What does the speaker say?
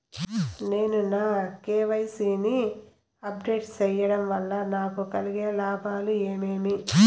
నేను నా కె.వై.సి ని అప్ డేట్ సేయడం వల్ల నాకు కలిగే లాభాలు ఏమేమీ?